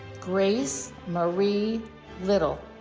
grace marie little